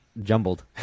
jumbled